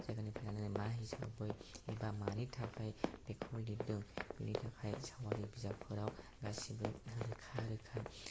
जायगानिफ्राय लानानै मा हिसाबै एबा मानि थाखाय बेखौ लिरदों बिनि थाखाय साववारि बिजाबफोराव गासैबो रोखा रोखा